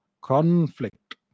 conflict